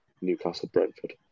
Newcastle-Brentford